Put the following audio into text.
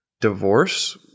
divorce